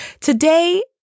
Today